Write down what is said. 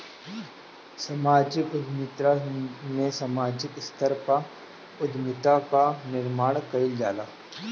समाजिक उद्यमिता में सामाजिक स्तर पअ उद्यमिता कअ निर्माण कईल जाला